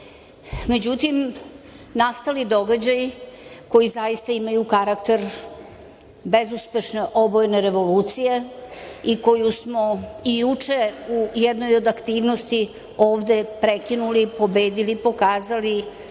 učiniti.Međutim, nastali događaji koji imaju karakter bezuspešne obojene revolucije i koju smo i juče u jednoj od aktivnosti ovde prekinuli, pobedili, pokazali